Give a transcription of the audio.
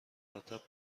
مرتبط